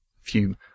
fume